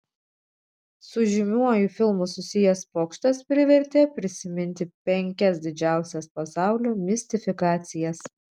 su žymiuoju filmu susijęs pokštas privertė prisiminti penkias didžiausias pasaulio mistifikacijas